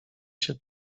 się